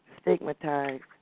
stigmatized